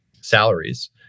salaries